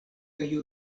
kaj